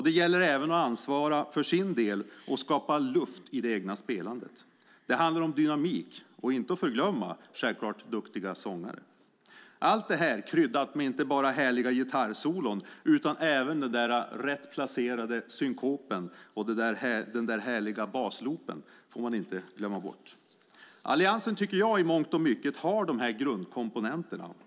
Det gäller även att ansvara för sin del och skapa luft i det egna spelandet. Det handlar om dynamik och, självklart inte att förglömma, duktiga sångare. Allt detta är kryddat med inte bara härliga gitarrsolon utan även den där rätt placerade synkopen eller den där härliga basloopen. Det får man inte glömma bort. Alliansen tycker jag i mångt och mycket har dessa grundkomponenter.